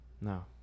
No